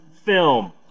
film